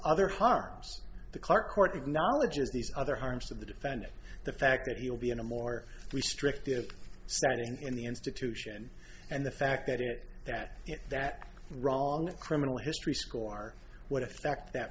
other harms the carport acknowledges these other harms of the defendant the fact that he will be in a more restrictive standing in the institution and the fact that it that that wrong criminal history score what effect that